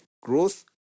growth